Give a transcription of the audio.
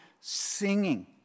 singing